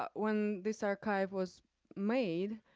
but when this archive was made,